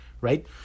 right